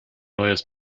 neues